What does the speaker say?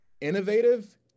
innovative